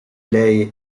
lei